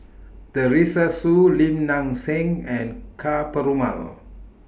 Teresa Hsu Lim Nang Seng and Ka Perumal